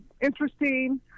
interesting